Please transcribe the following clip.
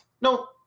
No